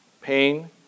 pain